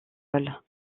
vol